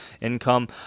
Income